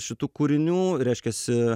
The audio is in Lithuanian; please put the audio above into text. šitų kūrinių reiškiasi